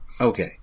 Okay